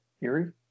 Erie